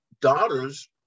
daughters